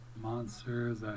Monsters